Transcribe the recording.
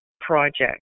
project